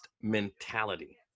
mentality